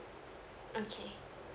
okay